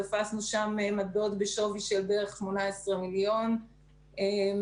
תפסנו שם מטבעות בשווי של כ-18 מיליוני דולרים